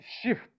shift